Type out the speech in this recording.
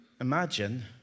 Imagine